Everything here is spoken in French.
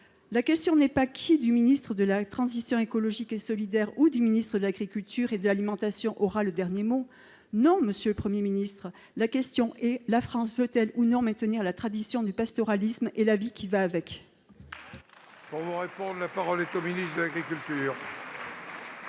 La question n'est pas de savoir qui du ministre de la transition écologique et solidaire ou du ministre de l'agriculture et de l'alimentation aura le dernier mot. Non, monsieur le Premier ministre, la question est de savoir si la France veut ou non maintenir la tradition du pastoralisme et la vie qui va avec ! La parole est à M. le ministre de l'agriculture